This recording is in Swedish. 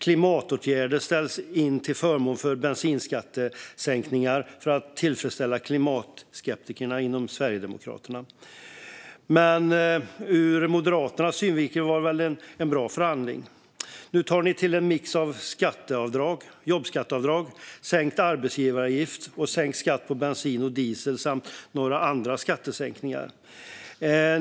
Klimatåtgärder ställs in till förmån för bensinskattesänkningar för att tillfredsställa klimatskeptikerna inom Sverigedemokraterna. Ur Moderaternas synvinkel var det väl en bra förhandling. Nu tar ni till en mix av jobbskatteavdrag, sänkt arbetsgivaravgift och sänkt skatt på bensin och diesel samt några andra skattesänkningar.